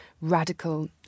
radical